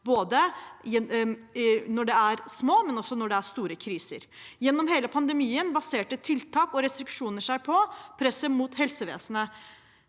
i både små og store kriser. Gjennom hele pandemien baserte tiltak og restriksjoner seg på presset mot helsevesenet.